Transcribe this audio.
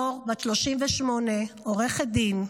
מור, בת 38, עורכת דין,